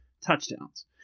touchdowns